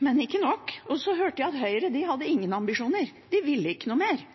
men ikke nok – og så hørte jeg at Høyre ikke hadde noen ambisjoner. De ville ikke noe mer